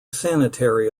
sanitary